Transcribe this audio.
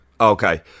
Okay